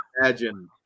imagine